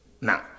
Now